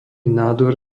nádor